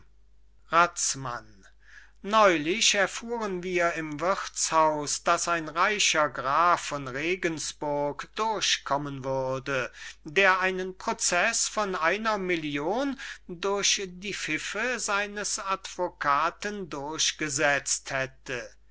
razmann neulich erfuhren wir im wirthshaus daß ein reicher graf von regensburg durchkommen würde der einen proceß von einer million durch die pfiffe seines advokaten durchgesetzt hätte